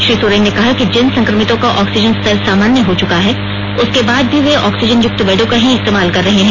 श्री सोरेन ने कहा है कि जिन संक्रमितों का ऑक्सीजन स्तर सामान्य हो चुका है उसके बाद भी वेऑक्सीजन युक्त बेडों का ही इस्तेमाल कर रहे हैं